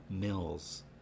mills